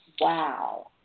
Wow